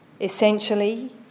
Essentially